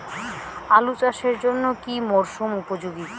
আলু চাষের জন্য কি মরসুম উপযোগী?